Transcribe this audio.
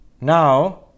Now